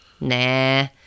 nah